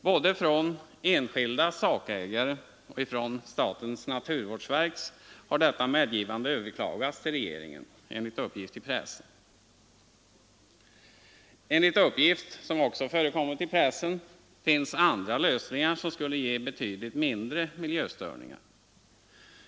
Både enskilda sakägare och statens naturvårdsverk har överklagat detta medgivande till regeringen, enligt uppgift i pressen. Enligt annan uppgift, som också förekommit i pressen, finns andra lösningar, som skulle ge betydligt mindre miljöstörningar.